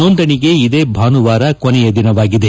ನೋಂದಣಿಗೆ ಇದೇ ಭಾನುವಾರ ಕೊನೆಯ ದಿನವಾಗಿದೆ